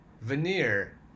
Veneer